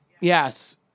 Yes